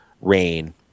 rain